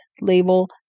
label